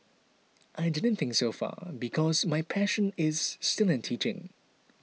I didn't think so far because my passion is still in teaching